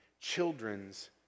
children's